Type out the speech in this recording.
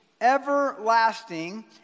everlasting